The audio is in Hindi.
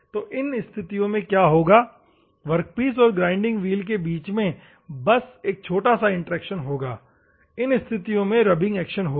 तो इन स्थितियों में क्या होगा वर्कपीस और ग्राइंडिंग व्हील के बीच में बस एक छोटा सा इंटरेक्शन होगा इन स्थितियों में रब्बिंग एक्शन होगा